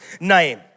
Name